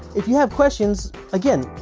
if you have questions, again,